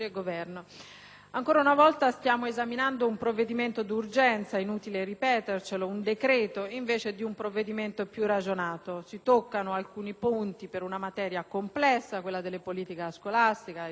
ancora una volta stiamo esaminando un provvedimento d'urgenza, un decreto-legge, invece di un provvedimento più ragionato. Si toccano alcuni punti di una materia complessa, quella della politica scolastica ed educativa,